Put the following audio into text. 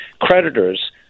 creditors